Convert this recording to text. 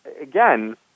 again